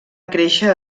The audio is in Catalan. créixer